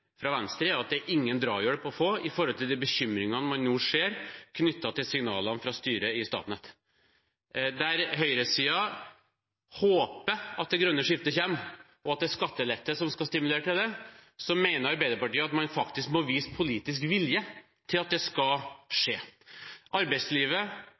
at det er ingen drahjelp å få med tanke på de bekymringene man nå ser knyttet til signalene fra styret i Statnett. Der høyresiden håper at det grønne skiftet kommer, og at det er skattelette som skal stimulere til det, mener Arbeiderpartiet at man faktisk må vise politisk vilje for at det skal